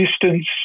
distance